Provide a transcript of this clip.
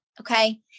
Okay